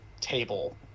table